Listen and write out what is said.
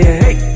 hey